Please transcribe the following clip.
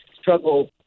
struggle